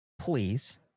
please